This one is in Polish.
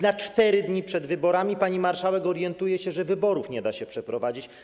Na 4 dni przed wyborami pani marszałek orientuje się, że wyborów nie da się przeprowadzić.